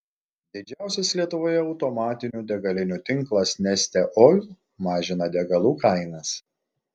didžiausias lietuvoje automatinių degalinių tinklas neste oil mažina degalų kainas